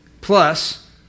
plus